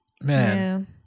Man